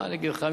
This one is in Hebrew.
מה אני אגיד לך?